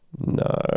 no